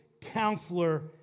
counselor